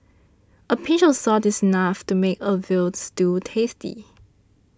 a pinch of salt is enough to make a Veal Stew tasty